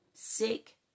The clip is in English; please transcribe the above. Sick